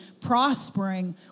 prospering